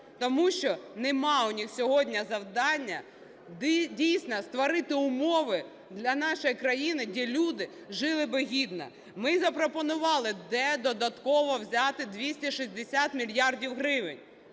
Тому що нема у них сьогодні завдання дійсно створити умови для нашої країни, де люди жили би гідно. Ми запропонували де додатково взяти 260 мільярдів гривень.